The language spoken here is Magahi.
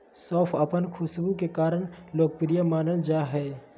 सौंफ अपन खुशबू के कारण लोकप्रिय मानल जा हइ